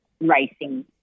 racing